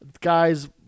guys